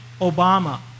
Obama